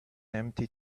empty